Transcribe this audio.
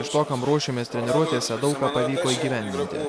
iš to kam ruošėmės treniruotėse daug ką pavyko įgyvendinti